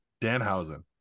Danhausen